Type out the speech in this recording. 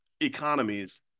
economies